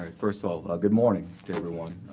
first of all, ah good morning everyone.